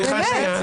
סליחה, שנייה.